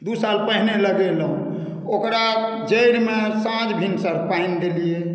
दू साल पहिने लगेलहुँ ओकरा जैरमे साँझ भिनसर पानि देलियै